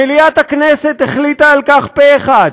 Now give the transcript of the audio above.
מליאת הכנסת החליטה על כך פה אחד